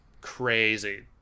Crazy